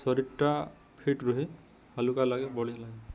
ଶରୀରଟା fit ରୁହେ ହାଲୁକା ଲାଗେ ବଢ଼ିଆ ଲାଗେ